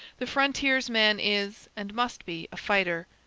the frontiersman is, and must be, a fighter,